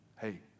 Hey